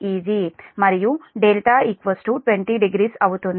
Eg మరియు δ 200 అవుతుంది